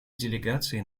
делегации